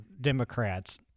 Democrats